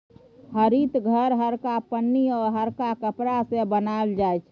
हरित घर हरका पन्नी आ हरका कपड़ा सँ बनाओल जाइ छै